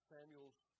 Samuel's